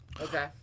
Okay